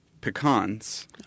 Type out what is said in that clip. pecans